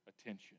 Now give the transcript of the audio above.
attention